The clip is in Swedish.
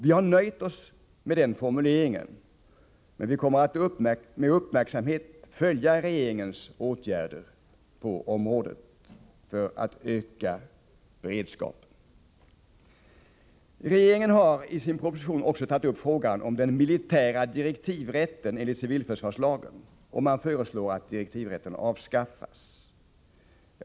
Vi har nöjt oss med denna formulering, men vi kommer med uppmärksamhet att följa regeringens åtgärder för att öka beredskapen på området. Regeringen har i sin proposition också föreslagit att den militära direktivrätten enligt civilförsvarslagen skall avskaffas.